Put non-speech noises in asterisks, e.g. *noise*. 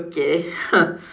okay *laughs*